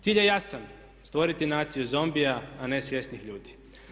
Cilj je jasan, stvoriti naciju zombija a ne savjesnih ljudi.